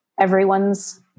everyone's